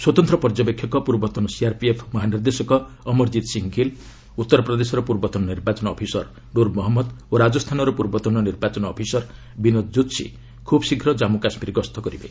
ସ୍ୱତନ୍ତ୍ର ପର୍ଯ୍ୟବେକ୍ଷକ ପୂର୍ବତନ ସିଆର୍ପିଏଫ୍ ମହାନିର୍ଦ୍ଦେଶକ ଅମରଜିତ୍ ସିଂ ଗିଲ୍ ଉତ୍ତର ପ୍ରଦେଶର ପୂର୍ବତନ ନିର୍ବାଚନ ଅଫିସର ନୁର୍ ମହମ୍ମଦ ଓ ରାଜସ୍ଥାନର ପୂର୍ବତନ ନିର୍ବାଚନ ଅଫିସର ବିନୋଦ୍ ଜୁତ୍ସି ଖୁବ୍ ଶୀଘ୍ର ଜମ୍ମୁ କାଶ୍ମୀର ଗସ୍ତ କରିବେ